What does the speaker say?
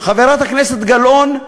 חברת הכנסת גלאון: